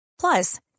plus